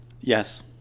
Yes